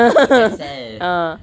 ah